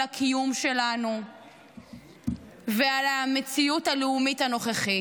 על הקיום שלנו ועל המציאות הלאומית הנוכחית.